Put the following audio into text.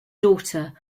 daughter